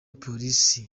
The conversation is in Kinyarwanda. polisi